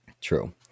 True